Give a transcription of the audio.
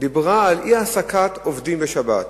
דיברה על אי-העסקת עובדים בשבת,